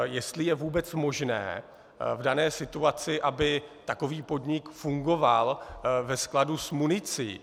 Jestli je vůbec možné v dané situaci, aby takový podnik fungoval ve skladu s municí.